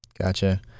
gotcha